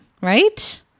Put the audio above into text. right